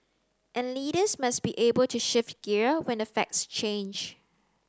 and leaders must be able to shift gear when the facts change